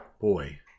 boy